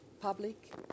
public